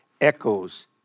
echoes